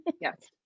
Yes